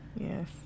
Yes